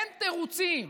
אין תירוצים,